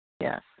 Yes